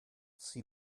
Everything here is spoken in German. sie